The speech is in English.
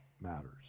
matters